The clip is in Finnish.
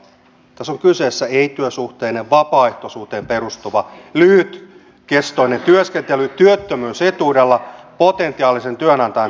tässä on kyseessä ei työsuhteinen vapaaehtoisuuteen perustuva lyhytkestoinen työskentely työttömyysetuudella potentiaalisen työnantajan tehtävissä